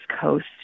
Coast